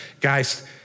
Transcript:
guys